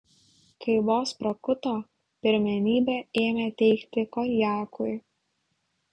kai vos prakuto pirmenybę ėmė teikti konjakui